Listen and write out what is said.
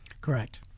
Correct